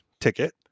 ticket